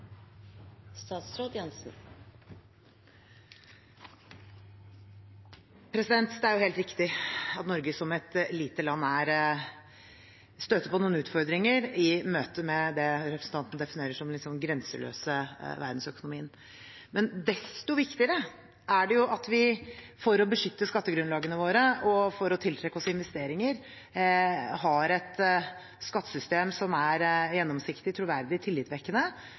Det er helt riktig at Norge som et lite land her støter på noen utfordringer i møte med det representanten definerer som den grenseløse verdensøkonomien. Men desto viktigere er det at vi for å beskytte skattegrunnlagene våre og for å tiltrekke oss investeringer har et skattesystem som er gjennomsiktig, troverdig og tillitvekkende,